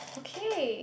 okay